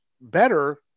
better